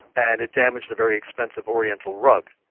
and it damaged the very expensive oriental rug